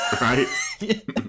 right